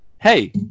Hey